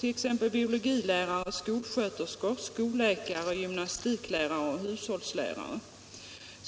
t.ex. biologilärare, skolsköterskor, skolläkare, gymnastiklärare och hushållslärare har.